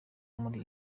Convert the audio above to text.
muri